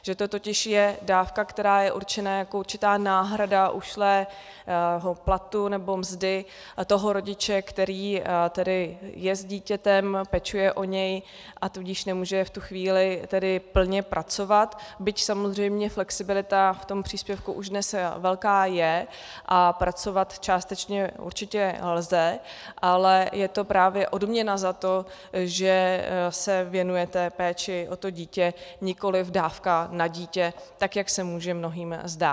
Že to totiž je dávka, která je určena jako určitá náhrada ušlého platu nebo mzdy toho rodiče, který je s dítětem, pečuje o něj, a tudíž nemůže v tu chvíli plně pracovat, byť samozřejmě flexibilita k tomu příspěvku už dnes velká je a pracovat částečně určitě lze, ale je to právě odměna za to, že se věnujete péči o dítě, nikoli dávka na dítě, tak jak se může mnohým zdát.